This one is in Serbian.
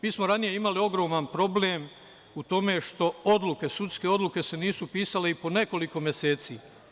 Mi smo ranije imali ogroman problem u tome što se sudske odluke nisu pisale po nekoliko meseci.